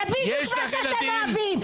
זה בדיוק מה שאתם אוהבים,